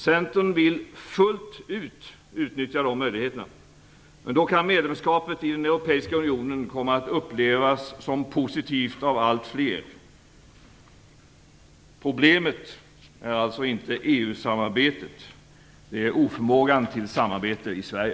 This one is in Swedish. Centern vill fullt ut utnyttja de möjligheterna. Då kan medlemskapet i den europeiska unionen komma att upplevas som positivt av allt fler. Problemet är alltså inte EU-samarbetet, utan det är oförmågan till samarbete i Sverige.